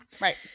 Right